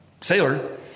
sailor